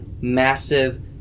massive